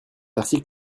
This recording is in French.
article